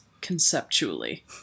conceptually